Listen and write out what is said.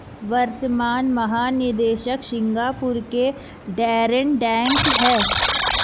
वर्तमान महानिदेशक सिंगापुर के डैरेन टैंग हैं